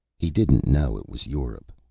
he didn't know it was europe,